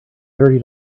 thirty